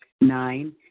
Nine